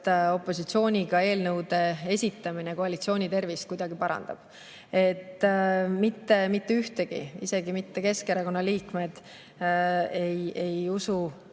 et opositsiooniga eelnõude esitamine koalitsiooni tervist kuidagi parandab. Mitte ühtegi. Isegi Keskerakonna liikmed ei usu